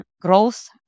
growth